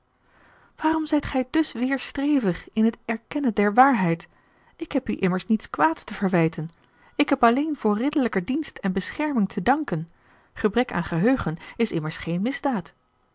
waarom zijt gij dus weêrstrevig in het erkennen der waarheid ik heb u immers niets kwaads te verwijten ik heb alleen voor ridderlijken dienst en bescherming te danken gebrek aan geheugen is immers geen